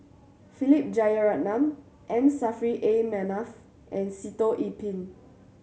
Philip Jeyaretnam M Saffri A Manaf and Sitoh Yih Pin